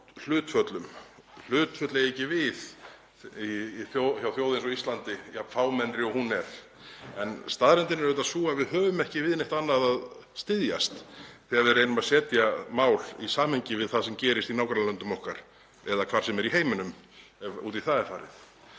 hlutföllum. Hlutföll ættu ekki við hjá íslenskri þjóð, jafn fámennri og hún er. En staðreyndin er sú að við höfum ekki við neitt annað að styðjast þegar við reynum að setja mál í samhengi við það sem gerist í nágrannalöndum okkar eða hvar sem er í heiminum ef út í það er farið.